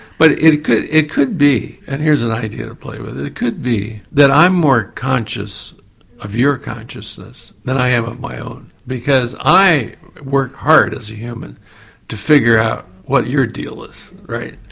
but it could it could be and here's an idea to play with. it it could be that i'm more conscious of your consciousness than i am of my own because i work hard as a human to figure out what your deal is, right?